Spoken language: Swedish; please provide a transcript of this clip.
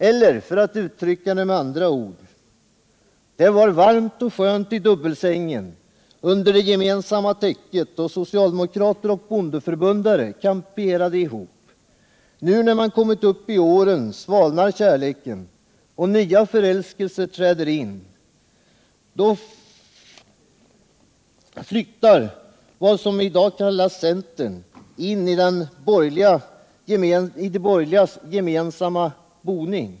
Eller, för att uttrycka det med andra ord: Det var varmt och skönt i dubbelsängen under det gemensamma täcket då socialdemokrater och bondeförbundare kamperade ihop. Nu, när man kommit upp i åren, sval 51 nar kärleken och nya förälskelser träder in. Då flyttar vad som i dag kallas centern in i de borgerligas gemensamma boning.